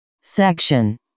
Section